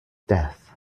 death